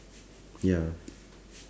ya